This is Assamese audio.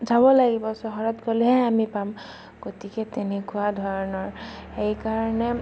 যাব লাগিব চহৰত গ'লেহে আমি পাম গতিকে তেনেকুৱা ধৰণৰ সেই কাৰণে